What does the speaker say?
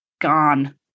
gone